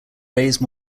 raise